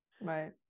right